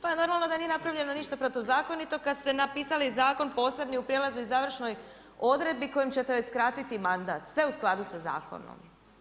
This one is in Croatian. Pa normalno da nije napravljeno ništa protuzakonito kada ste napisali zakon posebni u prijelaznoj i završnoj odredbi kojom ćete joj skratiti mandat, sve u skladu sa zakonom.